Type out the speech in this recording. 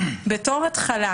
בתור התחלה,